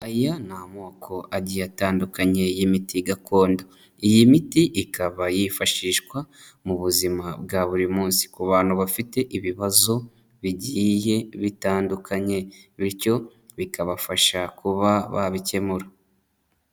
Aya ni amoko agiye atandukanye y'imiti gakondo, iyi miti ikaba yifashishwa mu buzima bwa buri munsi ku bantu bafite ibibazo bigiye bitandukanye, bityo bikabafasha kuba babikemura.